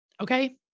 Okay